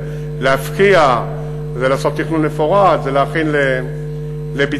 זה להפקיע ולעשות תכנון מפורט ולהכין לביצוע.